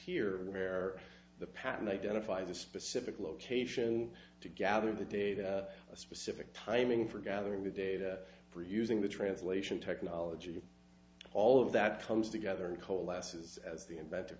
here where the pattern identify the specific location to gather the data a specific timing for gathering the data for using the translation technology all of that comes together in coalesces as the inventor